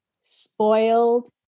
spoiled